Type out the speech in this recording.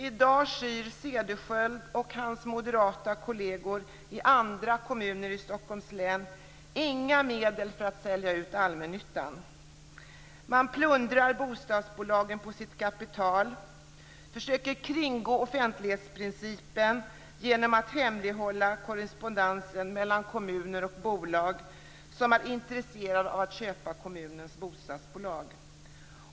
I dag skyr Cederschiöld och hans moderata kolleger i andra kommuner i Stockholms län inga medel för att sälja ut allmännyttan. Man plundrar bostadsbolagen på sitt kapital och försöker kringgå offentlighetsprincipen genom att hemlighålla korrespondensen mellan kommuner och bolag som är intresserade av att köpa kommunernas bostadsbolag.